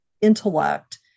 intellect